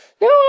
No